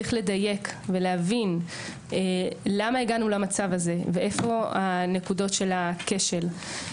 צריך לדייק ולהבין למה הגענו למצב הזה ואיפה נקודות הכשל.